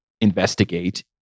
investigate